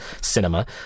cinema